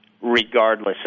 regardless